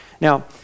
Now